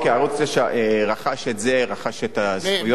ערוץ-9 רכש את זה, רכש את הזכויות.